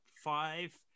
five